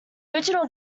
original